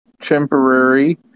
temporary